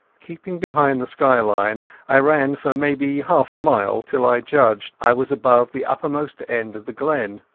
keeping behind the skyline i ran for maybe half a mile, till i judged i was above the uppermost end of the glen.